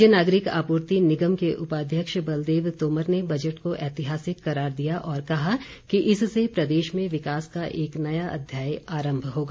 राज्य नागरिक आपूर्ति निगम के उपाध्यक्ष बलदेव तोमर ने बजट को ऐतिहासिक करार दिया और कहा कि इससे प्रदेश में विकास का एक नया अध्याय आरम्भ होगा